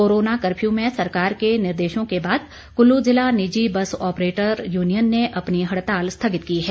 corona curfew में सरकार के निर्देशों के बाद कुल्लू जिला निजी बस ऑपरेटर यूनियन ने अपनी हड़ताल स्थगित की है